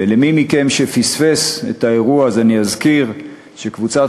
ולמי מכם שפספס את האירוע אני אזכיר שקבוצת